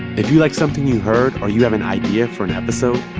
if you like something you heard or you have an idea for an episode,